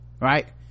right